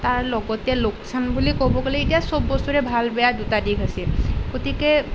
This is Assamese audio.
তাৰ লগতে লোকচান বুলি ক'ব গ'লে এতিয়া চ'ব বস্তুৰে ভাল বেয়া দুটা দিশ আছে গতিকে